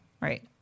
Right